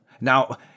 Now